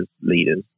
leaders